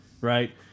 right